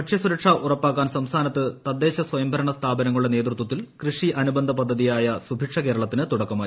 ഭക്ഷ്യസുരക്ഷ ഉറപ്പാക്കാൻ സംസ്ഥാനത്ത് തദ്ദേശ സ്വയംഭരണ സ്ഥാപനങ്ങളുടെ നേതൃത്വത്തിൽ കൃഷി അനുബന്ധ പദ്ധതിയായ സുഭിക്ഷ കേരളത്തിന് തുടക്കമായി